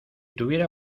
tuviera